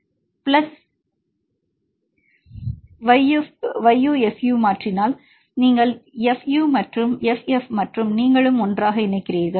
minus fU plus yu fU மாற்றினால் நீங்கள் fU மற்றும் fF மற்றும் நீங்களும் ஒன்றாக இணைக்கிறீர்கள்